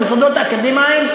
למוסדות האקדמיים,